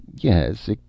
Yes